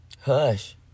Hush